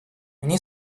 они